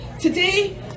Today